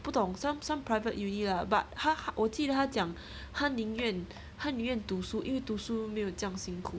不懂 some some private uni lah but 他他我记得他讲他宁愿他宁愿读书因为读书没有这样辛苦